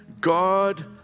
God